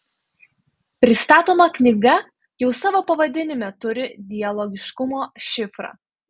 pristatoma knyga jau savo pavadinime turi dialogiškumo šifrą